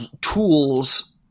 tools